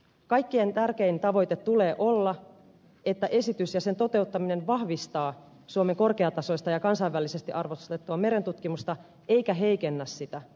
kaikkein tärkein tavoite tulee olla että esitys ja sen toteuttaminen vahvistaa suomen korkeatasoista ja kansainvälisesti arvostettua merentutkimusta eikä heikennä sitä